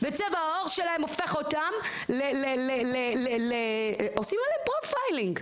וצבע העור שלהם גורם לכך שיעשו עליהם פרופילינג.